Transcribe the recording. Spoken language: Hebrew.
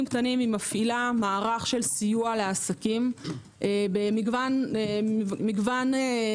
קטנים מפעילה מערך סיוע לעסקים במגוון תחומים.